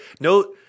No